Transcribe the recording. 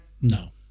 No